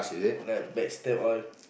like back stab all